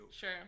Sure